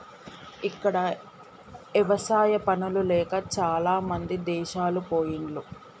ఇక్కడ ఎవసాయా పనులు లేక చాలామంది దేశాలు పొయిన్లు